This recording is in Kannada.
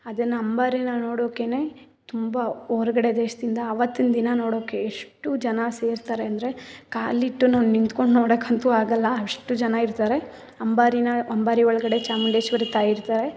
ಅದನ್ನು ಅಂಬಾರೀನ ನೋಡೋಕ್ಕೇ ತುಂಬ ಹೊರ್ಗಡೆ ದೇಶದಿಂದ ಅವತ್ತಿನ ದಿನ ನೋಡೋಕ್ಕೆ ಎಷ್ಟು ಜನ ಸೇರ್ತಾರೆ ಅಂದರೆ ಕಾಲಿಟ್ಟು ನಾವು ನಿಂತ್ಕೊಂಡ್ ನೋಡೋಕ್ಕಂತೂ ಆಗೋಲ್ಲ ಅಷ್ಟು ಜನ ಇರ್ತಾರೆ ಅಂಬಾರೀನ ಅಂಬಾರಿ ಒಳಗಡೆ ಚಾಮುಂಡೇಶ್ವರಿ ತಾಯಿ ಇರ್ತಾರೆ